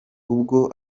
ubwo